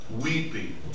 Weeping